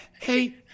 Hey